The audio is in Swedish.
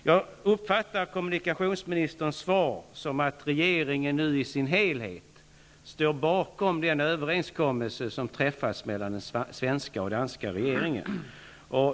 Jag uppfattar kommunikationsministerns svar som att regeringen nu i sin helhet står bakom den överenskommelse som träffats mellan den svenska och danska regeringen.